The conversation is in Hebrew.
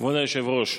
כבוד היושב-ראש,